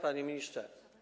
Panie Ministrze!